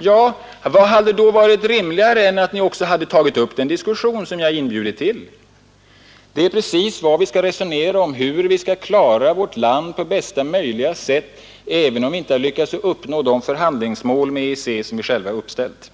Ja, men vad hade då varit rimligare än att Ni hade tagit upp den diskussion som jag inbjöd till? Vad vi skall resonera om är just hur vi skall klara vårt land på bästa möjliga sätt, även om ni inte lyckats uppnå de förhandlingsmål med EEC som ni själva uppställt.